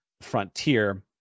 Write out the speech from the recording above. Frontier